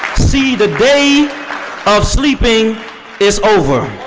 see, the day of sleeping is over.